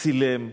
צילם,